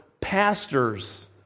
pastors